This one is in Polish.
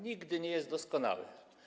Nigdy nie jest doskonały.